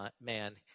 man